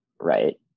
right